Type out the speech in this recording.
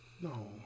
no